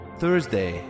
Thursday